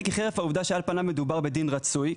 כי חרף העובדה שעל פניו מדובר בדין רצוי",